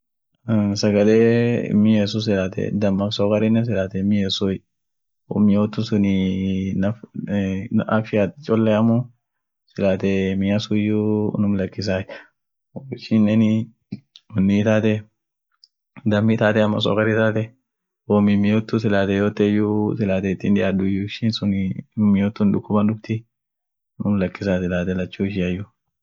Bisaani ka tapi sun dugaati fedai ka ferejiasun. isuunt ircholea isun ka woyu itindadare, isun silaate suunt ir choleai. isun kabisa ka nacheroli sun irfedai. Amo ka tuupa sun pengine baa woitdadareni won feden dugub fa namiit duftuuni suniifi isun hinfedu